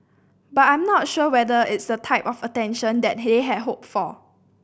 but I'm not sure whether it's the type of attention that they had hoped for